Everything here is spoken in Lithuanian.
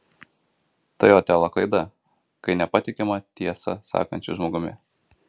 tai otelo klaida kai nepatikima tiesą sakančiu žmogumi